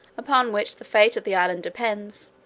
upon which the fate of the island depends,